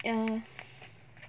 ya